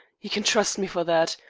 you can trust me for that.